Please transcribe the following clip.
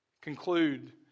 conclude